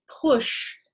push